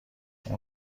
اون